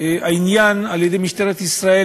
העניין על-ידי משטרת ישראל,